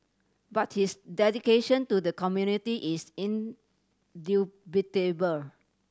but his dedication to the community is indubitable